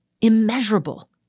immeasurable